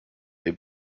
they